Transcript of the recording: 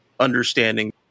Understanding